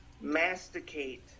Masticate